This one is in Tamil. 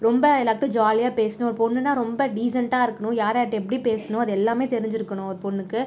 ரொம்ப எல்லாருகிட்டையும் ஜாலியாக பேசணும் ஒரு பொண்ணுனா ரொம்ப டீசண்டாக இருக்கணும் யார் யார்கிட்ட எப்படி பேசணும் அது எல்லாமே தெரிஞ்சு இருக்கணும் ஒரு பொண்ணுக்கு